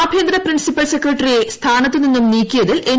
ആഭ്യന്തര പ്രിൻസിപ്പൽ സെക്രട്ടറിയെ സ്ഥാനത്തു നിന്നും നീക്കിയതിൽ എൻ